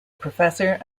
professor